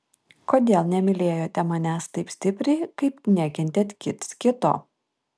kodėl nemylėjote manęs taip stipriai kaip nekentėt kits kito